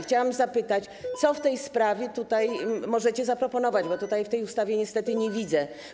Chciałam zapytać, co w tej sprawie możecie zaproponować, bo tutaj, w tej ustawie niestety tego nie widzę.